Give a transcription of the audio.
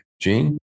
Gene